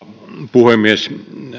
puhemies